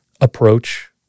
approach